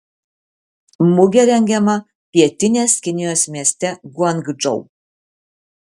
mugė rengiama pietinės kinijos mieste guangdžou